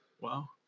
Wow